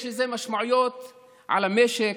יש לזה משמעויות על המשק,